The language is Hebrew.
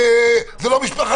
זו לא משפחה